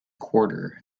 quarter